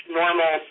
normal